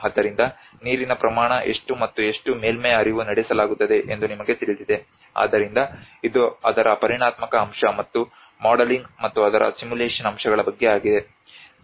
ಆದ್ದರಿಂದ ನೀರಿನ ಪ್ರಮಾಣ ಎಷ್ಟು ಮತ್ತು ಎಷ್ಟು ಮೇಲ್ಮೈ ಹರಿವು ನಡೆಸಲಾಗುತ್ತದೆ ಎಂದು ನಿಮಗೆ ತಿಳಿದಿದೆ ಆದ್ದರಿಂದ ಇದು ಅದರ ಪರಿಮಾಣಾತ್ಮಕ ಅಂಶ ಮತ್ತು ಮಾಡೆಲಿಂಗ್ ಮತ್ತು ಅದರ ಸಿಮ್ಯುಲೇಶನ್ ಅಂಶಗಳ ಬಗ್ಗೆ ಆಗಿದೆ